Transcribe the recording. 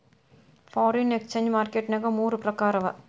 foreign exchange market ನ್ಯಾಗ ಮೂರ್ ಪ್ರಕಾರವ